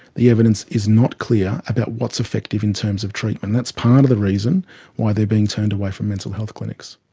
the evidence is not clear about what's effective in terms of treatment, that's part of the reason why they are being turned away from mental health clinics.